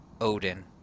Odin